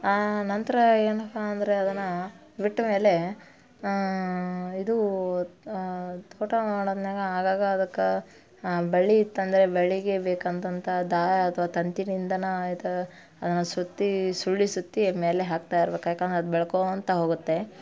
ನಂತರ ಏನಪ್ಪ ಅಂದರೆ ಅದನ್ನು ಬಿಟ್ಟಮೇಲೆ ಇದು ತೋಟ ಮಾಡದ್ನ್ಯಾಗ ಆಗಾಗ ಅದಕ್ಕೆ ಬಳ್ಳಿ ಇತ್ತು ಅಂದರೆ ಬಳ್ಳಿಗೆ ಬೇಕಂತಂತ ದಾರ ಅಥ್ವಾ ತಂತಿನಿಂದನೇ ಇದು ಸುತ್ತಿ ಸುರುಳಿ ಸುತ್ತಿ ಮೇಲೆ ಹಾಕ್ತಾ ಇರ್ಬೇಕು ಯಾಕಂದ್ರೆ ಅದು ಬೆಳ್ಕೋತ ಹೋಗುತ್ತೆ